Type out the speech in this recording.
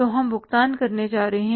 तो हम भुगतान करने जा रहे हैं